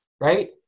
right